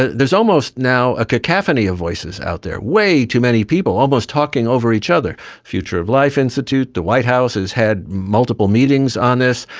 and there is almost now a cacophony of voices out there, way too many people almost talking over each other. the future of life institute, the white house has had multiple meetings on this,